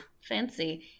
fancy